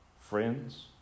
friends